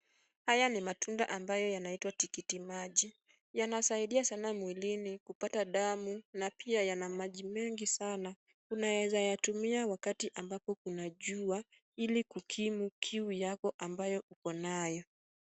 Haya ni matunda ambayo yanaitwa tikiti maji. Yanasaidia sana mwilini kupata damu na pia yana maji mengi sana . Unaeza itumia wakati ambapo kuna jua ili kukimu kiu yako ambayo uko nayo.